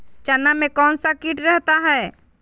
चना में कौन सा किट रहता है?